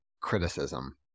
criticism